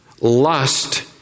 lust